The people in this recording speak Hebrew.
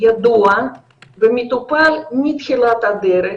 ידוע ומטופל מתחילת הדרך.